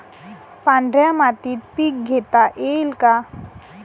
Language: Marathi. पांढऱ्या मातीत पीक घेता येईल का?